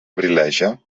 abrileja